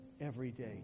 everyday